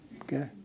Okay